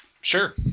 Sure